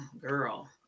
girl